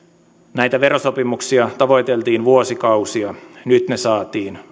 näitä verosopimuksia tavoiteltiin vuosikausia nyt ne saatiin